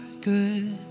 good